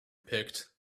picked